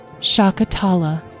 Shakatala